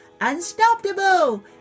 Unstoppable